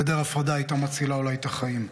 גדר הפרדה הייתה מצילה אולי את החיים שלהם.